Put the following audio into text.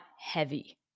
heavy